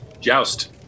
joust